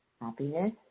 happiness